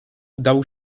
dał